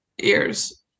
ears